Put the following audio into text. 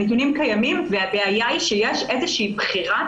הנתונים קיימים והבעיה היא שיש איזושהי בחירה